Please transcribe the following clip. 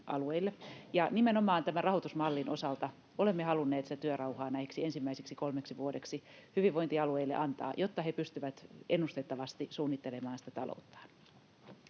nimenomaan tämän rahoitusmallin osalta olemme halunneet sitä työrauhaa antaa hyvinvointialueille näiksi ensimmäiseksi kolmeksi vuodeksi, jotta he pystyvät ennustettavasti suunnittelemaan sitä talouttaan.